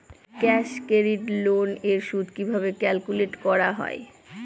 Cash credit loan এর সুদ কিভাবে ক্যালকুলেট করা হয়?